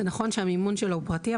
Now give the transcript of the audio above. נכון שהמימון שלו הוא פרטי,